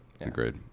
agreed